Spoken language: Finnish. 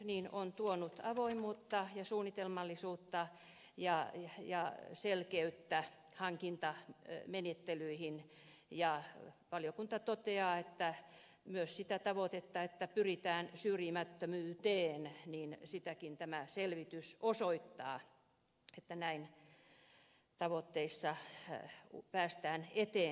tämä on tuonut avoimuutta ja suunnitelmallisuutta ja selkeyttä hankintamenettelyihin ja valiokunta toteaa että myös sitä tavoitetta että pyritään syrjimättömyyteen sitäkin tämä selvitys osoittaa että näin tavoitteissa päästään eteenpäin